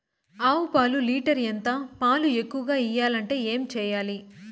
ఆవు పాలు లీటర్ ఎంత? పాలు ఎక్కువగా ఇయ్యాలంటే ఏం చేయాలి?